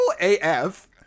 AF